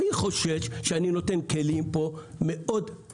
אני חושש שאני נותן פה כלים בעייתיים מאוד.